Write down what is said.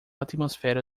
atmosfera